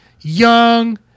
Young